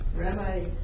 Rabbi